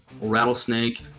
Rattlesnake